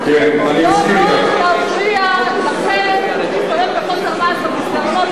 ולכן לא נוח להפריע לכם להסתובב בחוסר מעש במסדרונות